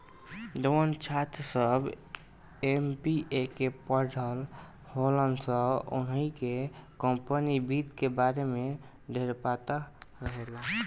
जवन छात्र सभ एम.बी.ए के पढ़ल होलन सन ओहनी के कम्पनी वित्त के बारे में ढेरपता रहेला